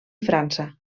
frança